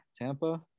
Tampa